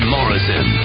Morrison